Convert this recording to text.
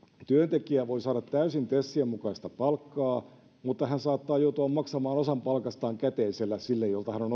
työntekijä voi saada täysin tesin mukaista palkkaa mutta hän saattaa joutua maksamaan osan palkastaan käteisellä sille jolta hän on